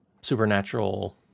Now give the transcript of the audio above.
supernatural